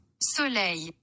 Soleil